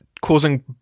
causing